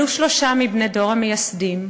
אלו שלושה מבני דור המייסדים,